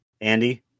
Andy